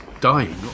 dying